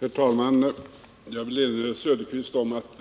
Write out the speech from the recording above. Herr talman! Jag vill erinra herr Söderqvist om att